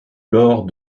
lors